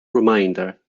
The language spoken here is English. reminder